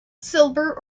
silver